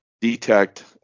detect